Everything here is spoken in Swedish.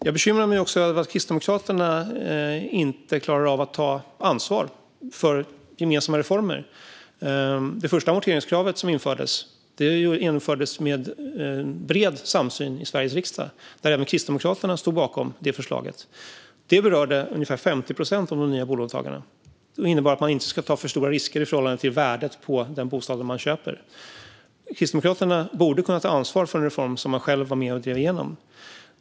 Jag bekymrar mig också över att Kristdemokraterna inte klarar av att ta ansvar för gemensamma reformer. Det första amorteringskravet infördes med bred samsyn i Sveriges riksdag. Även Kristdemokraterna stod bakom detta förslag. Det berörde ungefär 50 procent av de nya bolåntagarna och innebar att man inte ska ta för stora risker i förhållande till värdet på den bostad man köper. Kristdemokraterna borde kunna ta ansvar för en reform som de själva var med och drev igenom.